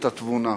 את התבונה.